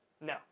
No